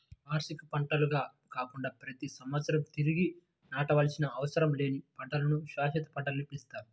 వార్షిక పంటల్లాగా కాకుండా ప్రతి సంవత్సరం తిరిగి నాటవలసిన అవసరం లేని పంటలను శాశ్వత పంటలని పిలుస్తారు